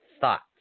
thoughts